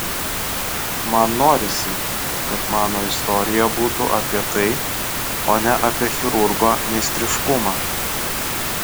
man norisi kad mano istorija būtų apie tai o ne apie chirurgo meistriškumą